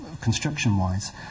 construction-wise